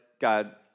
God